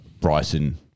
Bryson